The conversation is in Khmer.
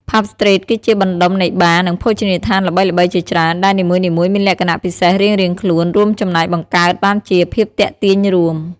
ផាប់ ស្ទ្រីត គឺជាបណ្ដុំនៃបារ និងភោជនីយដ្ឋានល្បីៗជាច្រើន ដែលនីមួយៗមានលក្ខណៈពិសេសរៀងៗខ្លួន រួមចំណែកបង្កើតបានជាភាពទាក់ទាញរួម។